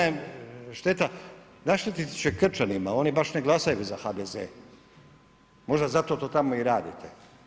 Jedina je šteta, naštetiti će Krčanima, oni baš ne glasaju za HDZ, možda zato to tamo i radite.